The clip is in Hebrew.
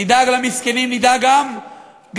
נדאג למסכנים, ונדאג גם להתיישבות.